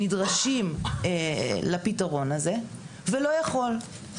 נדרשים לפתרון הזה ולא יכול,